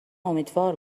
امیدوار